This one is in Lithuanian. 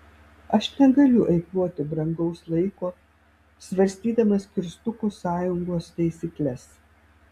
aš negaliu eikvoti brangaus laiko svarstydamas kirstukų sąjungos taisykles